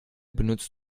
benutzt